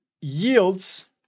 yields